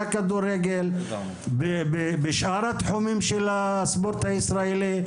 הכדורגל ובשאר התחומים של הספורט הישראלי.